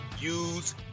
use